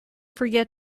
forget